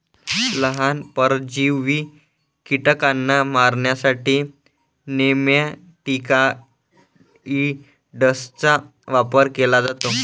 लहान, परजीवी कीटकांना मारण्यासाठी नेमॅटिकाइड्सचा वापर केला जातो